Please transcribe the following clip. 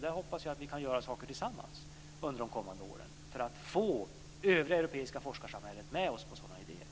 Där hoppas jag att vi kan göra saker tillsammans under de kommande åren för att få det europeiska forskarsamhället med oss på sådana idéer.